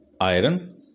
iron